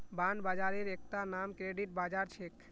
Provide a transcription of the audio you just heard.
bond बाजारेर एकता नाम क्रेडिट बाजार छेक